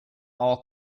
all